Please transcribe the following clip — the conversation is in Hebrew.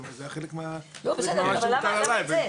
זה היה חלק ממה שהוטל עלי.